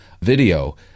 video